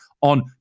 on